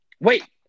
Wait